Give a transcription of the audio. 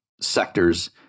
sectors